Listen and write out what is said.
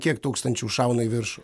kiek tūkstančių šauna į viršų